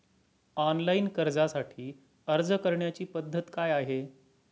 Online कर्जासाठी अर्ज करण्याची पद्धत काय आहे?